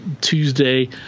Tuesday